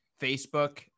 Facebook